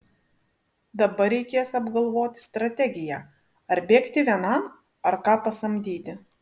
dabar reikės apgalvoti strategiją ar bėgti vienam ar ką pasamdyti